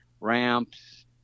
ramps